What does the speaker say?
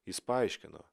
jis paaiškino